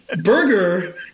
Burger